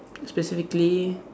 specifically